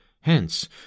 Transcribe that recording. Hence